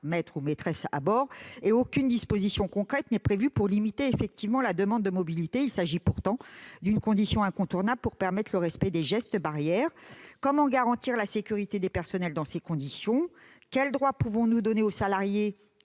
seul maître à bord ; aucune disposition concrète n'est prévue pour limiter effectivement la demande de mobilité. Il s'agit pourtant d'une condition incontournable pour permettre le respect des gestes barrières. Comment garantir la sécurité du personnel dans ces conditions ? Quels droits pouvons-nous donner aux salariés